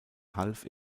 half